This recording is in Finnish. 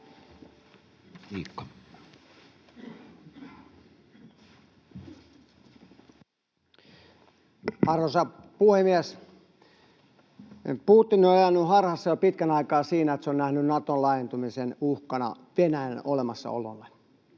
Arvoisa puhemies! Putin on elänyt harhassa jo pitkän aikaa siinä, että on nähnyt Naton laajentumisen uhkana Venäjän olemassaololle.